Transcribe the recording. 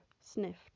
sniffed